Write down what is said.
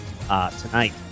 tonight